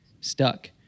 stuck